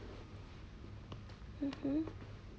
mmhmm